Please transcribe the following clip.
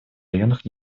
районах